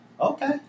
Okay